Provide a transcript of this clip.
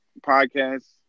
podcast